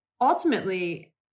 ultimately